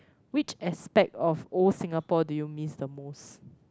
which aspect of old Singapore do you miss the most